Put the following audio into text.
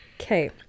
okay